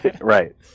Right